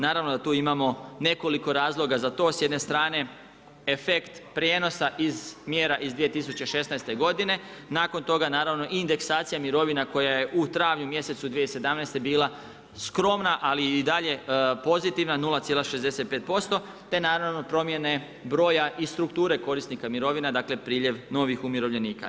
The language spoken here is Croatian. Naravno da tu imamo nekoliko razloga za to, sjedne strane efekt prijenosa iz mjera iz 2016. godine, nakon toga naravno i indeksacija mirovina koja je u travnju mjesecu 2007. bila skromna ali i dalje pozitivna 0,65% te naravno primjene broja i strukture korisnika mirovina, dakle priljev novih umirovljenika.